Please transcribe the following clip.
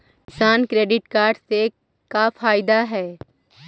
किसान credit card से का फायदा है?